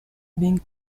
being